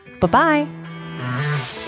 Bye-bye